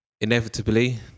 inevitably